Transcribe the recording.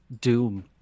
doom